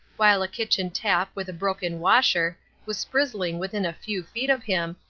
while a kitchen tap with a broken washer was sprizzling within a few feet of him,